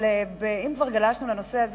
אם כבר גלשנו לנושא הזה,